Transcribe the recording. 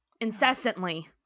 incessantly